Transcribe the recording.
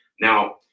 Now